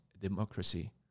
democracy